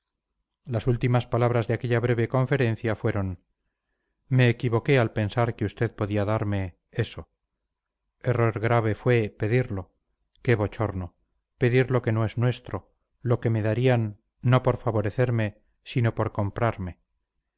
las últimas palabras de aquella breve conferencia fueron me equivoqué al pensar que usted podía darme eso error grave fue pedirlo qué bochorno pedir lo que no es nuestro lo que me darían no por favorecerme sino por comprarme